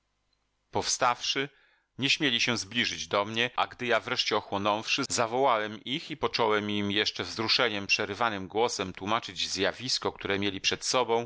ojcowie powstawszy nie śmieli się zbliżyć do mnie a gdy ja wreszcie ochłonąwszy zawołałem ich i począłem im jeszcze wzruszeniem przerywanym głosem tłumaczyć zjawisko które mieli przed sobą